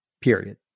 period